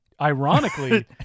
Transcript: Ironically